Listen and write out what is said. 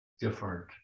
different